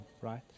right